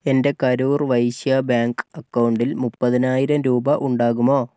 എൻ്റെ കരൂർ വൈശ്യാ ബാങ്ക് അക്കൗണ്ടിൽ മുപ്പതിനായിരം രൂപ ഉണ്ടാകുമോ